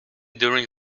during